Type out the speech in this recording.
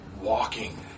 walking